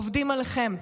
עובדים עליכם,